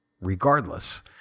regardless